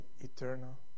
eternal